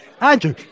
Andrew